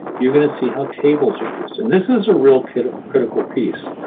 you're going to see how tables are used, and this is a real critical critical piece.